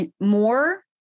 more